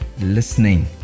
listening